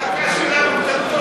המחלקה שלנו קטנטונת.